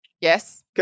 yes